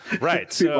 Right